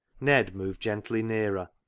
ned moved gently nearer.